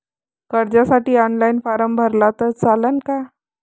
कर्जसाठी online form भरला तर चालन का?